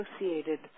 associated